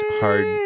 hard